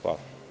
Hvala.